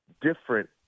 different